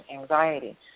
anxiety